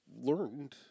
learned